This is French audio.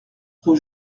rue